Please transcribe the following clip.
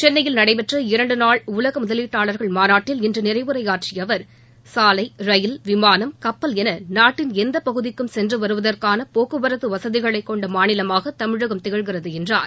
சென்னையில் நடைபெற்ற இரண்டு நாள் உலக முதலீட்டாளர்கள் மாநட்டில் இன்று நிறைவுரையாற்றிய அவர் சாலை ரயில் விமானம் கப்பல் என நாட்டின் எந்த பகுதிக்கும் சென்று வருவதற்கான போக்குவரத்து வசதிகளைக் கொண்ட மாநிலமாக தமிழகம் திகழ்கிறது என்றார்